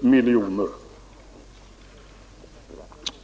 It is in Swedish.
2 miljarder.